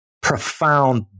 profound